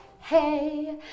hey